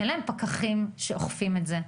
אין להם פקחים שאוכפים את זה.